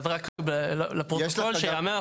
אז רק לפרוטוקול שייאמר,